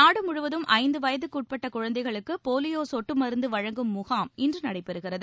நாடு முழுவதும் ஐந்து வயதுக்கு உட்பட்ட குழந்தைகளுக்கு போலியோ சொட்டு மருந்து வழங்கும் முகாம் இன்று நடைபெறுகிறது